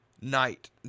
night